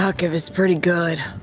fuck, it was pretty good.